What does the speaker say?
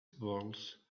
walls